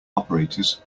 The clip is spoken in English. operators